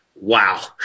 Wow